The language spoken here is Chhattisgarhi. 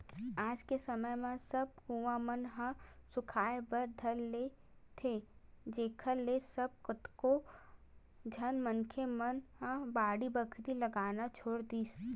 आज के समे म सब कुँआ मन ह सुखाय बर धर लेथे जेखर ले अब कतको झन मनखे मन ह बाड़ी बखरी लगाना छोड़ दिस